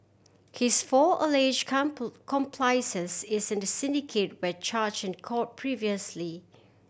his four allege accomplices is in the syndicate where charge in court previously